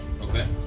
Okay